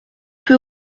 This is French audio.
peu